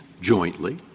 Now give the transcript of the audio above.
jointly